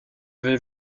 vais